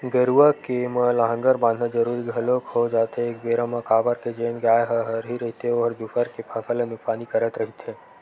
गरुवा के म लांहगर बंधाना जरुरी घलोक हो जाथे एक बेरा म काबर के जेन गाय ह हरही रहिथे ओहर दूसर के फसल ल नुकसानी करत रहिथे